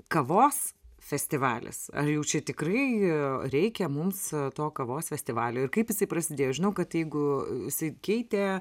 kavos festivalis ar jau čia tikrai jo reikia mums to kavos festivalio ir kaip jisai prasidėjo žinau kad jeigu jisai keitė